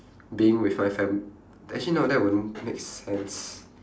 being with my fam~ actually no that won't make sense